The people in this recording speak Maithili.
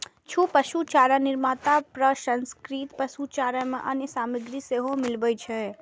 किछु पशुचारा निर्माता प्रसंस्कृत पशुचारा मे अन्य सामग्री सेहो मिलबै छै